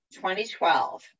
2012